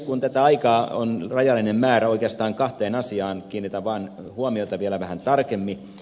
kun tätä aikaa on rajallinen määrä oikeastaan kahteen asiaan kiinnitän vaan huomiota vielä vähän tarkemmin